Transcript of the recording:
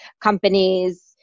companies